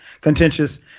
contentious